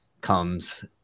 comes